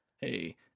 Hey